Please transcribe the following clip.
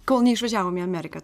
kol neišvažiavom į ameriką